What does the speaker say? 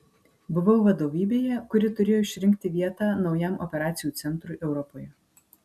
buvau vadovybėje kuri turėjo išrinkti vietą naujam operacijų centrui europoje